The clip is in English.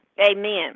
Amen